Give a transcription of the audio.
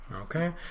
Okay